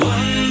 One